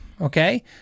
Okay